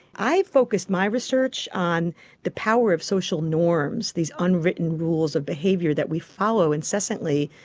i focused my research on the power of social norms, these unwritten rules of behaviour that we follow incessantly,